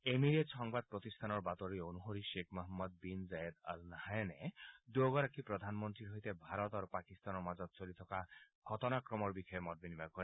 Emirates সংবাদ প্ৰতিষ্ঠান অনুসৰি Sheikh Mohammed bin Zayed Al নেহয়ানে দুয়োগৰাকী প্ৰধানমন্তীৰ সৈতে ভাৰত আৰু পাকিস্তানৰ মাজত চলি থকা ঘটনাক্ৰমৰ বিষয়ে মত বিনিময় কৰে